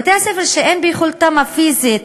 בבתי-הספר שאין ביכולתם הפיזית,